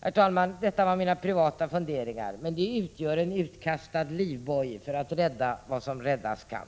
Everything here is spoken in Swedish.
Herr talman! Detta var mina helt privata funderingar, men de utgör en utkastad livboj för att rädda vad som räddas kan.